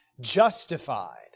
justified